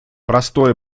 простое